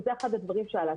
וזה אחד הדברים שעלה,